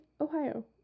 Ohio